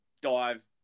dive